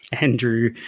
Andrew